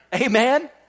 Amen